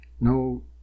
no